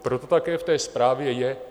Proto také v té zprávě je...